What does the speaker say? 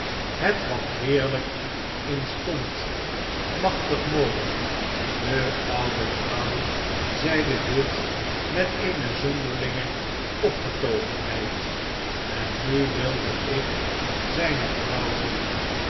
het wat heerlijk in stond machtig mooi de oude vrouw zeide dit met eene zonderlinge opgetogenheid en nu wilde ik zijne vrouw zien